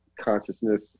consciousness